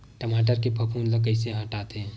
टमाटर के फफूंद ल कइसे हटाथे?